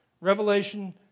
Revelation